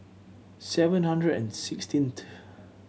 seven hundred and sixteenth